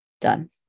Done